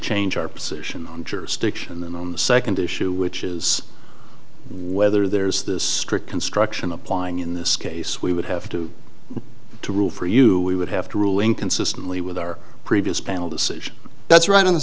change our position on jurisdiction and the second issue which is whether there is this strict construction applying in this case we would have to rule for you we would have to rule in consistently with our previous panel decision that's right on the